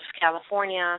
California